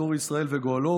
צור ישראל וגואלו,